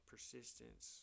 persistence